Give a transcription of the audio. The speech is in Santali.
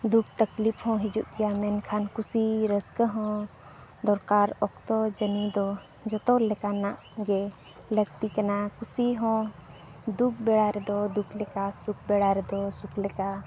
ᱫᱩᱠ ᱛᱟᱠᱤᱞᱯᱷ ᱦᱚᱸ ᱦᱤᱡᱩᱜ ᱜᱮᱭᱟ ᱢᱮᱱᱠᱷᱟᱱ ᱠᱩᱥᱤ ᱨᱟᱹᱥᱠᱟᱹ ᱦᱚᱸ ᱫᱚᱨᱠᱟᱨ ᱚᱠᱛᱚ ᱡᱟᱱᱤ ᱫᱚ ᱡᱚᱛᱚ ᱞᱮᱠᱟᱱᱟᱜ ᱜᱮ ᱞᱟᱹᱠᱛᱤ ᱠᱟᱱᱟ ᱠᱩᱥᱤ ᱦᱚᱸ ᱫᱩᱠ ᱵᱮᱲᱟ ᱨᱮᱫᱚ ᱫᱩᱠ ᱞᱮᱠᱟ ᱥᱩᱠ ᱵᱮᱲᱟ ᱨᱮᱫᱚ ᱥᱩᱠ ᱞᱮᱠᱟ